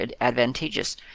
advantageous